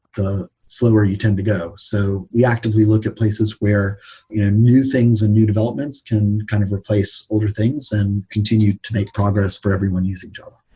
the slower you tend to go. so we actively look at places where you know new things and new developments can kind of replace older things and continue to make progress for everyone using java.